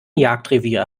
jagdrevier